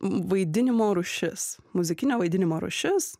vaidinimo rūšis muzikinio vaidinimo rūšis